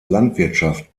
landwirtschaft